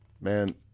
man